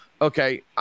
Okay